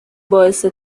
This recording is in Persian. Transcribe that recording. باعث